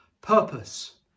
purpose